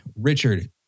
Richard